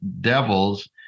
devils